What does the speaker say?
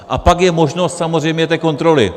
A pak je možnost samozřejmě té kontroly.